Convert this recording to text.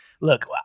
Look